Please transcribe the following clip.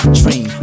dream